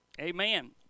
Amen